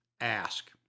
ask